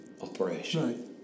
operation